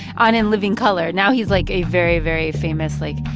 on in living color. now he's, like, a very, very famous, like,